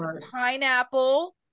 pineapple